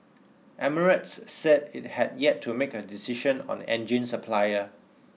Emirates said it had yet to make a decision on engine supplier